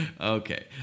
Okay